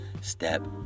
step